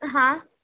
હા